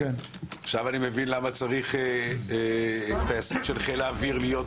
עכשיו אני מבין למה צריכים טייסים של חיל האוויר להיות